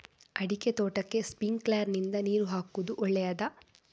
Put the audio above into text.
ಅಡಿಕೆ ತೋಟಕ್ಕೆ ಸ್ಪ್ರಿಂಕ್ಲರ್ ನಿಂದ ನೀರು ಹಾಕುವುದು ಒಳ್ಳೆಯದ?